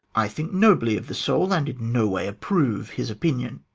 i think nobly of the soul, and no way approve his opinion.